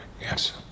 Yes